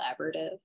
collaborative